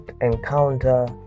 encounter